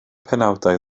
penawdau